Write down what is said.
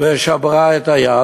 ושברה את היד.